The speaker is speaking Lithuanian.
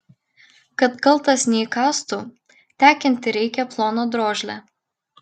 kad kaltas neįkaistų tekinti reikia ploną drožlę